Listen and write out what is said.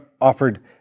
offered